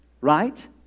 Right